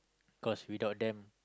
cause without them